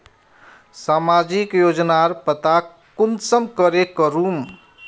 सामाजिक योजनार पता कुंसम करे करूम?